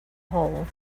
hole